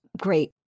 Great